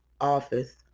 office